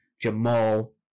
Jamal